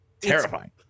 terrifying